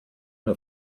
nur